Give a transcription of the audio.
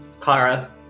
Kara